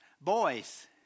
Boys